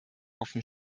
offen